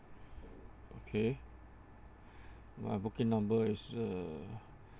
okay my booking number is uh